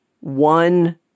one